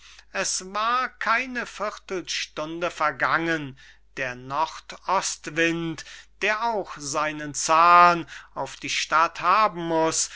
es war keine viertelstunde vergangen der nord ost wind der auch seinen zahn auf die stadt haben muß